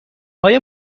آیا